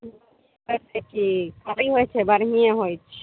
होइ छै कि कमी होइ छै बढ़िएँ होइ छै